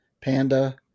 panda